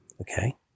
Okay